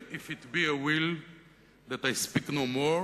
If it be a will that I speak no more